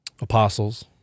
Apostles